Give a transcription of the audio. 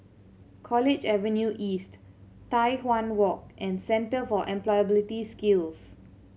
College Avenue East Tai Hwan Walk and Centre for Employability Skills